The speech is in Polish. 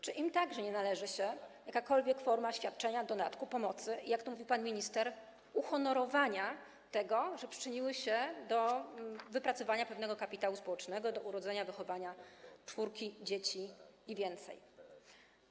Czy im także nie należy się jakakolwiek forma świadczenia, dodatku, pomocy, jak to mówi pan minister, uhonorowania tego, że przyczyniły się do wypracowania pewnego kapitału społecznego, do urodzenia, wychowania czwórki i więcej dzieci?